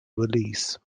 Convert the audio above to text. release